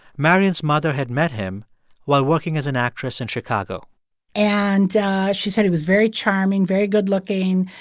marion's mother had met him while working as an actress in chicago and she said he was very charming, very good looking.